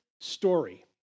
story